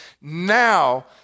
Now